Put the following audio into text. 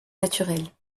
naturelle